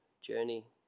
journey